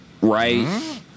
right